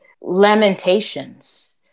lamentations